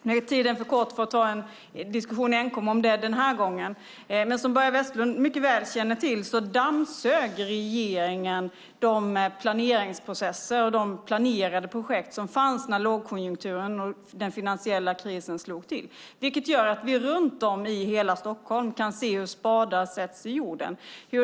Nu är tiden för kort för detta den här gången, men som Börje Vestlund mycket väl känner till dammsög regeringen de planeringsprocesser och de planerade projekt som fanns när lågkonjunkturen och den finansiella krisen slog till. Det gör att vi runt om i hela Stockholm kan se hur spadar sätts i jorden.